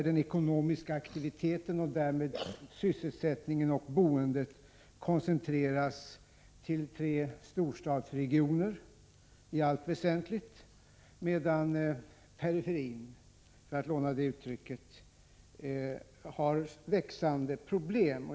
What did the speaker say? Den ekonomiska aktiviteten, och därmed sysselsättningen och boendet, koncentreras i allt väsentligt till tre storstadsregioner, medan periferin, för att låna det uttrycket, har växande problem.